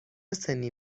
سنی